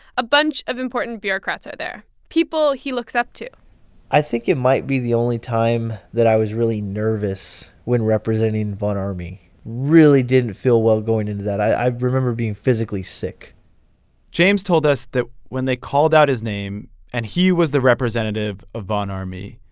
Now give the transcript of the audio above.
a bunch of important bureaucrats are there people he looks up to i think it might be the only time that i was really nervous when representing von ormy really didn't feel well going into that. i remember being physically sick james told us that when they called out his name and he was the representative of von ormy,